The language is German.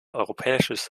europäisches